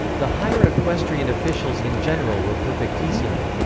the higher equestrian officials in general were perfectissimi,